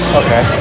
okay